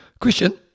Question